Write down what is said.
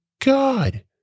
God